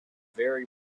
very